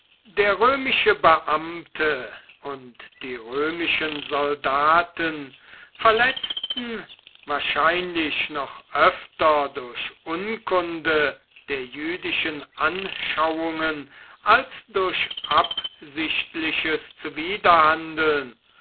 der römische beamte und die römischen soldaten verletzten wahrscheinlich noch öfter durch unkunde der jüdischen anschauungen als durch absichtliches